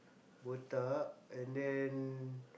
botak and then